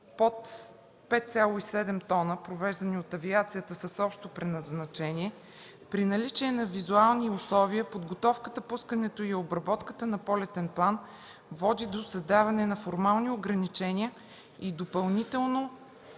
под 5,7 т, провеждани от авиацията с общо предназначение, при наличие на визуални условия, подготовката, пускането и обработката на полетен план води до създаване на формални ограничения и допълнително